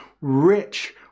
rich